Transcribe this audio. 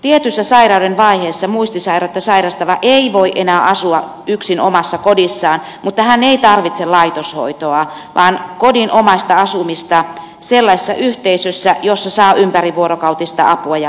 tietyssä sairauden vaiheessa muistisairautta sairastava ei voi enää asua yksin omassa kodissaan mutta hän ei tarvitse laitoshoitoa vaan kodinomaista asumista sellaisessa yhteisössä jossa saa ympärivuorokautista apua ja hoivaa